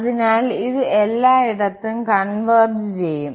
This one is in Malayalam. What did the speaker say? അതിനാൽ അത് എല്ലായിടത്തും കൺവെർജ് ചെയ്യും